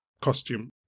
Costume